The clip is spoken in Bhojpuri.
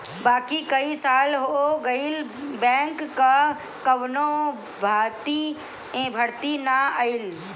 बाकी कई साल हो गईल बैंक कअ कवनो भर्ती ना आईल